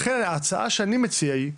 לכן, ההצעה שאני מציע היא שבסוף,